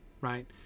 right